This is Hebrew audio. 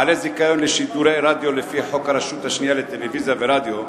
בעלי זיכיון לשידורי רדיו לפי חוק הרשות השנייה לטלוויזיה ורדיו,